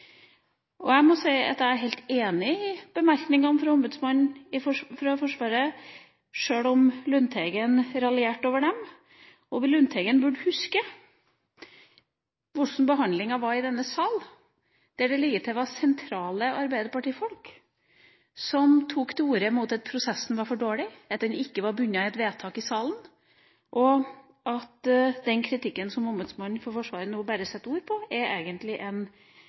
belyst. Jeg må si at jeg er helt enig i bemerkningene fra Ombudsmannen for Forsvaret, selv om Lundteigen raljerte over dem. Lundteigen burde huske hvordan behandlinga var i denne sal, der det til og med var sentrale Arbeiderparti-folk som tok til orde mot prosessen og sa at den var for dårlig, at den ikke var bundet i et vedtak i salen. Og den kritikken som Ombudsmannen for Forsvaret nå bare setter ord på, er egentlig en